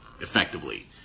effectively